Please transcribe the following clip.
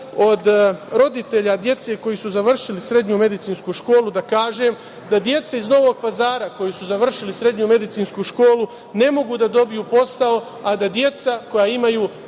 od roditelja dece koja su završila Srednju medicinsku školu da kažem da deca iz Novog Pazar koja su završila Srednju medicinsku školu ne mogu da dobiju posao, a da deca koja imaju